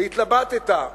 והתלבטת.